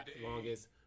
longest